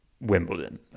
Wimbledon